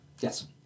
Yes